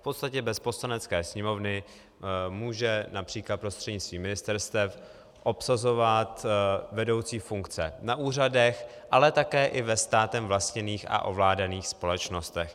V podstatě bez Poslanecké sněmovny může například prostřednictvím ministerstev obsazovat vedoucí funkce na úřadech, ale také ve státem vlastněných a ovládaných společnostech.